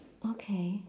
okay